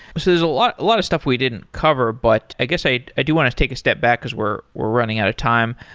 so there's a lot a lot of stuff we didn't cover, but i guess i i do want to take a step back, because we're we're running out of time.